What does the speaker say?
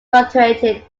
fluctuated